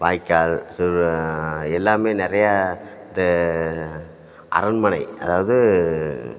வாய்க்கால் எல்லாமே நிறைய இந்த அரண்மனை அதாவது